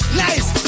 nice